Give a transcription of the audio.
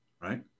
right